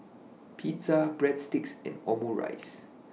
Pizza Breadsticks and Omurice